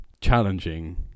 challenging